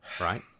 Right